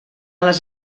les